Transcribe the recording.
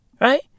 right